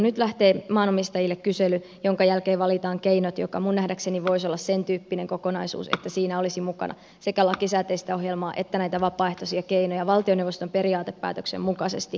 nyt lähtee maanomistajille kysely jonka jälkeen valitaan keinot jotka minun nähdäkseni voisivat olla sentyyppinen kokonaisuus että siinä olisi mukana sekä lakisääteistä ohjelmaa että näitä vapaaehtoisia keinoja valtioneuvoston periaatepäätöksen mukaisesti